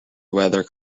weather